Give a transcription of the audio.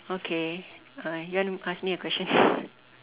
okay uh you want to ask me a question